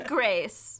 Grace